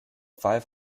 five